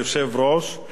וגם להזכירך,